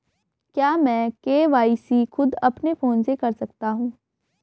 क्या मैं के.वाई.सी खुद अपने फोन से कर सकता हूँ?